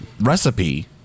recipe